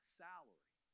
salary